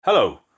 Hello